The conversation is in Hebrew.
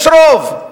יש רוב.